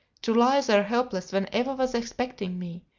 to lie there helpless when eva was expecting me,